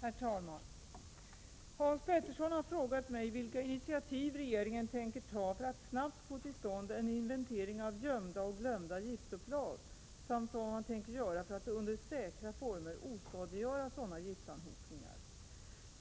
Herr talman! Hans Petersson i Hallstahammar har frågat mig vilka initiativ regeringen tänker ta för att snabbt få till stånd en inventering av gömda och ”glömda” giftupplag, samt vad man tänker göra för att under säkra former oskadliggöra sådana giftanhopningar.